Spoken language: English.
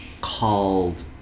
called